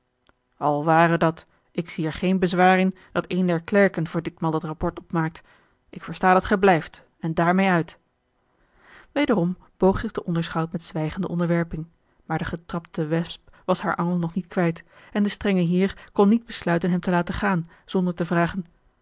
al ware dat ik zie er geen bezwaar in dat een der klerken voor ditmaal dat rapport opmaakt ik versta dat gij blijft en daarmeê uit wederom boog zich de onderschout met zwijgende onderwerping maar de getrapte wesp was haar angel nog niet kwijt en de strenge heer kon niet besluiten hem te laten gaan zonder te vragen